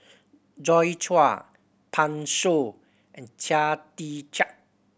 Joi Chua Pan Shou and Chia Tee Chiak